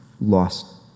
lost